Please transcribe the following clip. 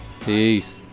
Peace